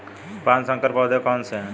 पाँच संकर पौधे कौन से हैं?